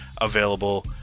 available